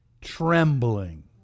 trembling